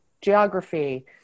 geography